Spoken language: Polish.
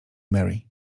mary